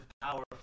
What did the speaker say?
power